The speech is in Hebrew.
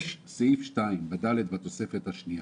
יש את סעיף 2 בתוספת השנייה.